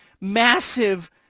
massive